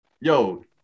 yo